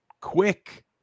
Quick